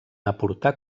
aportar